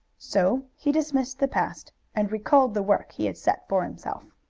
so he dismissed the past, and recalled the work he had set for himself.